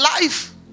life